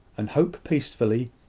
and hope peacefully,